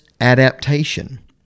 adaptation